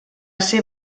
ser